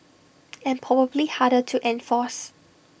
and probably harder to enforce